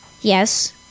Yes